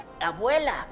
Abuela